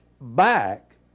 back